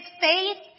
faith